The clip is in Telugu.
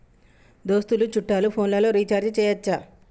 దోస్తులు చుట్టాలు ఫోన్లలో రీఛార్జి చేయచ్చా?